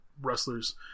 wrestlers